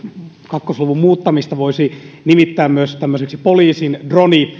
kahden luvun muuttamista voisi nimittää myös tämmöiseksi poliisin